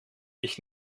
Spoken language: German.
ich